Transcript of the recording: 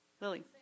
Lily